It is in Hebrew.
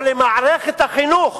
או למערכת החינוך